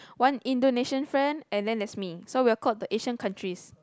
one Indonesian friend and then there's me so we will call the Asian countries